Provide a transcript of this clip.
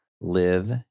live